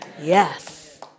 Yes